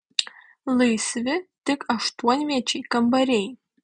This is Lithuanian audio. laisvi tik aštuonviečiai kambariai